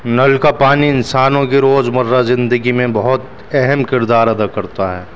نل کا پانی انسانوں کی روز مرہ زندگی میں بہت اہم کردار ادا کرتا ہے